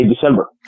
December